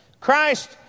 Christ